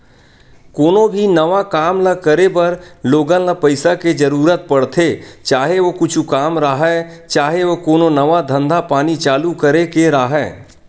कोनो भी नवा काम ल करे बर लोगन ल पइसा के जरुरत पड़थे, चाहे ओ कुछु काम राहय, चाहे ओ कोनो नवा धंधा पानी चालू करे के राहय